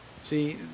See